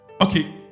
Okay